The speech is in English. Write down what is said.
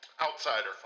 Outsider